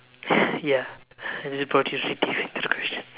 ya is into the question